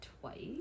twice